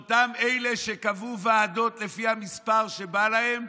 אלה אותם אלה שקבעו ועדות לפי המספר שבא להם,